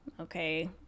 okay